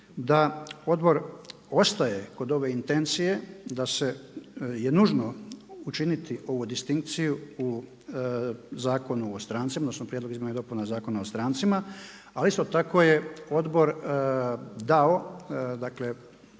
da odbor ostaje kod ove intencije da je nužno učiniti ovu distinkciju u Zakonu o strancima, odnosno prijedlog izmjena i dopuna Zakona o strancima. Ali isto tako je odbor dao, dakle